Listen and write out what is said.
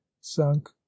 sunk